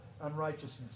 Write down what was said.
unrighteousness